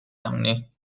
anni